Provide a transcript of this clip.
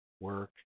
work